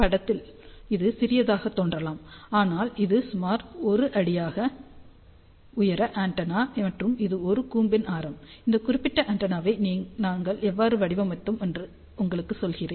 படத்தில் இது சிறியதாக தோன்றலாம் ஆனால் இது சுமார் 1 அடி உயர ஆண்டெனா மற்றும் இது கூம்பின் ஆரம் இந்த குறிப்பிட்ட ஆண்டெனாவை நாங்கள் எவ்வாறு வடிவமைத்தோம் என்று உங்களுக்கு சொல்கிறேன்